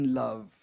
love